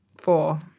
Four